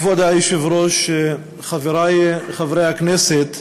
כבוד היושב-ראש, חברי חברי הכנסת,